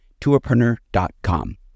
tourpreneur.com